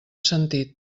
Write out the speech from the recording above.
sentit